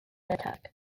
attack